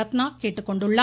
ரத்னா கேட்டுக்கொண்டுள்ளார்